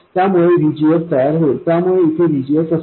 तर त्यामुळे VGS तयार होईल त्यामुळे इथे VGS असेल